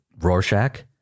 Rorschach